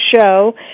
show